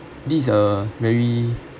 these uh very